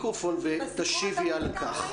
תשיבי על כך,